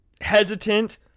hesitant